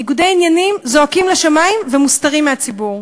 ניגודי עניינים זועקים לשמים ומוסתרים מהציבור.